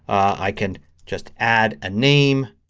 i can just add a name